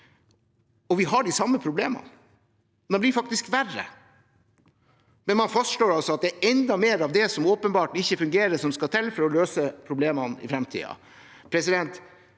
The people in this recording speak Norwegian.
og vi har de samme problemene. De blir faktisk verre, men man fastslår altså at det er enda mer av det som åpenbart ikke fungerer, som skal til for å løse problemene i framtiden.